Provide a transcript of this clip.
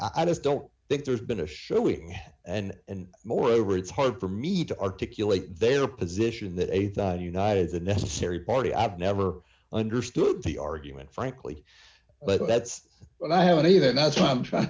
i just don't think there's been a showing and and moreover it's hard for me to articulate their position that a thought united's a necessary party i've never understood the argument frankly but that's what i haven't either and that's what i'm trying